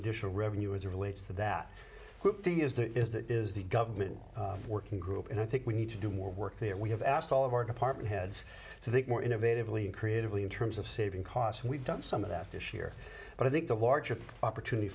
additional revenue as relates to that group thing is that is that is the government working group and i think we need to do more work there we have asked all of our department heads so the more innovative lean creatively in terms of saving costs we've done some of that this year but i think the larger opportunity